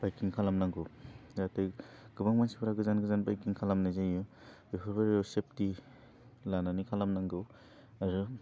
बाइकिं खालानांगौ दा बे गोबां मानसिफ्रा गोजान गोजान बाइकिं खालामनाय जायो बेफोरबायदियाव सेफथि लानानै खालामनांगौ आरो